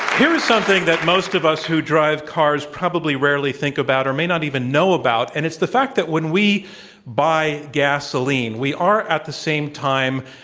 here is something that most of us who drive cars probably rarely think about or may not even know about. and it's the fact that when we buy gasoline we are, at the same time,